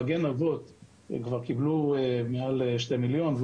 במגן אבות כבר קיבלו מעל 2 מיליון בדיקות